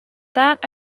that